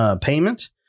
Payment